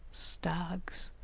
stags,